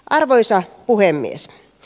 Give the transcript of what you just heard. arvoisa puhemies